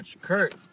Kurt